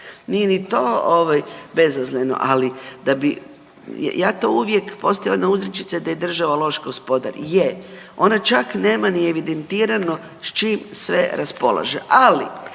nije ni to bezazleno, ali da bi ja to uvijek postoji jedna uzrečica da je država loš gospodar, je, ona čak nema ni evidentirano s čim sve raspolaže. Ali